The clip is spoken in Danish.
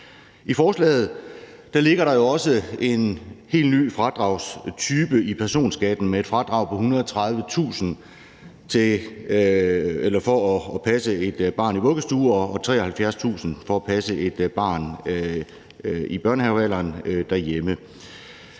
I forslaget ligger der jo også en helt ny fradragstype i personskatten med et fradrag på 130.000 kr. for at passe et barn i vuggestuealderen og 73.000 kr. for at passe et barn i børnehavealderen derhjemme.